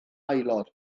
aelod